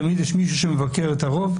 תמיד יש מישהו שמבקר את הרוב,